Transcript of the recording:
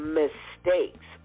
mistakes